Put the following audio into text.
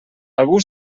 algú